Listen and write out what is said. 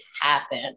happen